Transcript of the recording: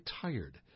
tired